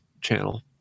channel